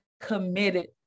committed